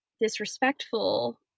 disrespectful